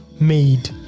made